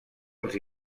els